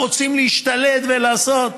רוצים להשתלט ולעשות,